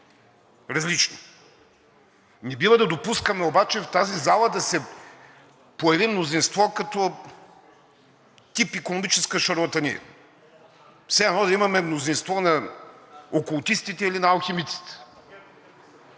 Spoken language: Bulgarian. различни. Не бива да допускаме обаче в тази зала да се появи мнозинство като тип икономическа шарлатания, все едно да имаме мнозинство на окултистите или на алхимиците.